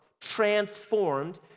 Transformed